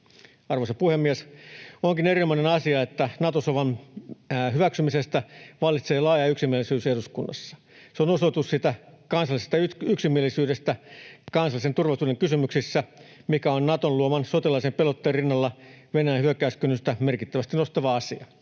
Arvoisa puhemies! Onkin erinomainen asia, että Nato-sofan hyväksymisestä vallitsee laaja yksimielisyys eduskunnassa. Se on osoitus siitä kansallisesta yksimielisyydestä kansallisen turvallisuuden kysymyksissä, mikä on Naton luoman sotilaallisen pelotteen rinnalla Venäjän hyökkäyskynnystä merkittävästi nostava asia